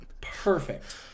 Perfect